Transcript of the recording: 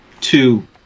two